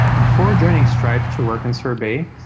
before joining stripe to work on sorbet,